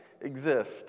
exist